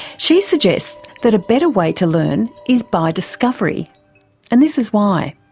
she suggests that a better way to learn is by discovery and this is why.